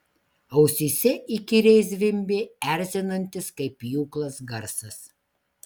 ausyse įkyriai zvimbė erzinantis kaip pjūklas garsas